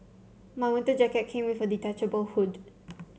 my winter jacket came with a detachable hood